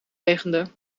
regende